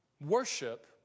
Worship